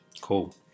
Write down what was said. Cool